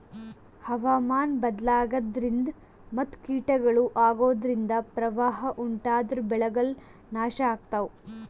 ಹವಾಮಾನ್ ಬದ್ಲಾಗದ್ರಿನ್ದ ಮತ್ ಕೀಟಗಳು ಅಗೋದ್ರಿಂದ ಪ್ರವಾಹ್ ಉಂಟಾದ್ರ ಬೆಳೆಗಳ್ ನಾಶ್ ಆಗ್ತಾವ